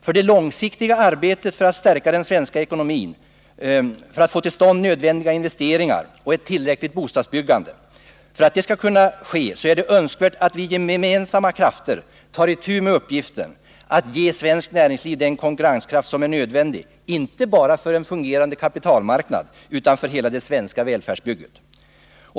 För det långsiktiga arbetet på att stärka den svenska ekonomin, för att få till stånd nödvändiga investeringar och ett tillräckligt bostadsbyggande, är det önskvärt att vi med gemensamma krafter tar itu med uppgiften att ge svenskt näringsliv den konkurrenskraft som är nödvändig inte bara för en fungerande kapitalmarknad utan också för hela det svenska välfärdsbygget.